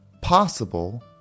possible